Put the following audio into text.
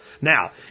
Now